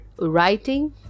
writing